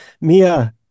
Mia